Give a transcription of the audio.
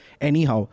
anyhow